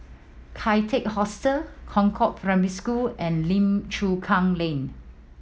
Kian Teck Hostel Concord Primary School and Lim Chu Kang Lane